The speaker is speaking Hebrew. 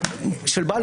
מצביעים על זה?